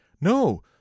no